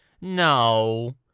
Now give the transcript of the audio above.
No